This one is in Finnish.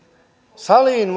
salin